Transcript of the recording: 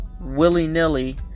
willy-nilly